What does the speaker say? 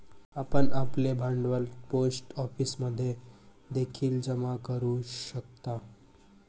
आपण आपले भांडवल पोस्ट ऑफिसमध्ये देखील जमा करू शकता